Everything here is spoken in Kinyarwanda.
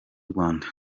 rwanda